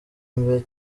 mbere